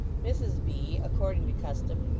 mrs v, according to custom,